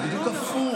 זה בדיוק הפוך,